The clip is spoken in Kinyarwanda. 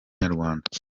nyarwanda